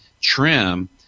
trim